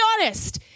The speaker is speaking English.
honest